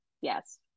yes